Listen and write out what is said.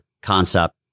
concept